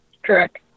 Correct